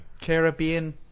Caribbean